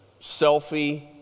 Selfie